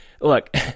look